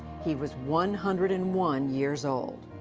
he was one hundred and one years old.